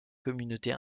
communauté